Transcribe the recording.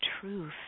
truth